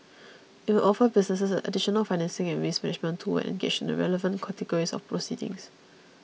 it will offer businesses an additional financing and risk management tool when engaged in the relevant categories of proceedings